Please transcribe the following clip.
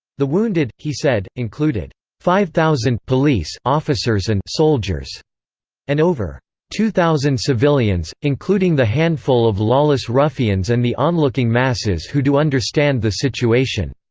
the wounded, he said, included five thousand officers and soldiers and over two thousand civilians, including the handful of lawless ruffians and the onlooking masses who do understand the situation.